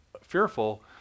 fearful